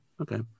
Okay